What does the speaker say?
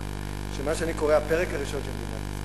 שבמה שאני קורא הפרק הראשון של מדינת ישראל,